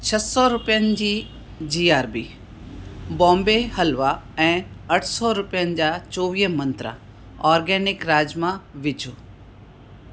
छह सौ रुपयनि जी जी आर बी बॉम्बे हलवा ऐं अठ सौ रुपयनि जा चोवीह मंत्रा ऑर्गेनिक राजमा विझो